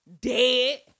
dead